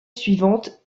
suivante